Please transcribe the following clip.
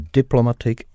diplomatic